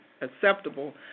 acceptable